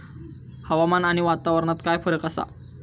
हवामान आणि वातावरणात काय फरक असा?